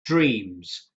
dreams